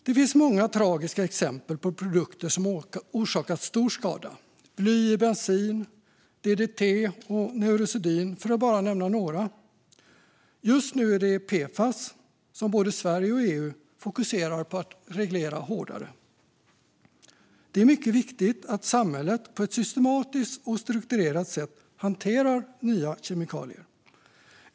Det finns många tragiska exempel på produkter som har orsakat stor skada: bly i bensin, ddt och neurosedyn för att bara nämna några. Just nu är det PFAS som både Sverige och EU fokuserar på att reglera hårdare. Det är mycket viktigt att samhället på ett systematiskt och strukturerat sätt hanterar nya kemikalier.